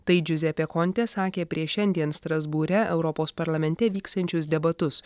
tai džiuzepė kontėsakė prieš šiandien strasbūre europos parlamente vyksiančius debatus